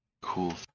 cool